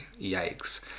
yikes